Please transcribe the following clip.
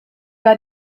war